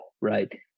right